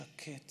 שקט,